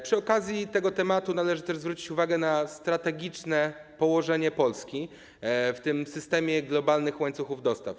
Przy okazji tego tematu należy też zwrócić uwagę na strategiczne położenie Polski w systemie globalnych łańcuchów dostaw.